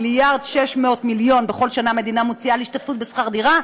1.6 מיליארד בכל שנה המדינה מוציאה על השתתפות בשכר דירה,